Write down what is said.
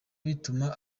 bituma